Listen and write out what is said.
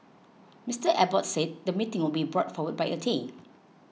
Mister Abbott said the meeting would be brought forward by a day